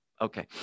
okay